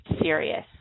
serious